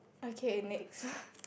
okay next